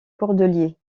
cordeliers